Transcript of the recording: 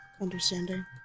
understanding